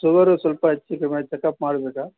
sugar ಸ್ವಲ್ಪ ಹೆಚ್ಚು ಕಮ್ಮಿ ಐತ್ ಚೆಕಪ್ ಮಾಡಬೇಕಾ